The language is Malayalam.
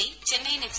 C Chennaiyin F